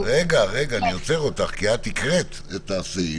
--- אני עוצר אותך כי הקראת את הסעיף.